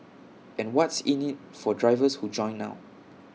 and what's in IT for drivers who join now